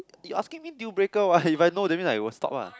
you asking me deal breaker [what] if I know that means I will stop ah